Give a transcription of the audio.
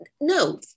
No